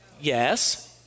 Yes